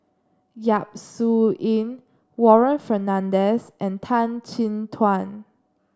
Yap Su Yin Warren Fernandez and Tan Chin Tuan